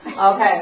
Okay